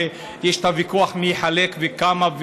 ויש ויכוח מי יחלק וכמה,